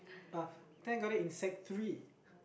think I got in sec-three